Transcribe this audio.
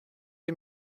est